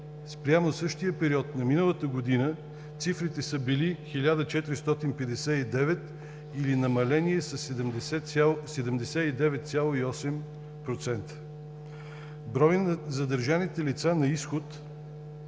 Спрямо същия период на миналата година цифрите са били 1459 или намаление със 79,8 процента. Броят на задържаните лица на изхода